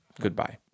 Goodbye